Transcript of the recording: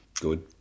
Good